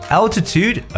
altitude